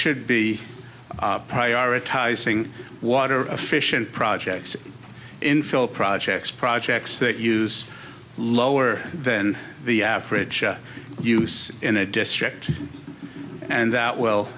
should be prioritizing water efficient projects infill projects projects that use lower than the average use in a district and that will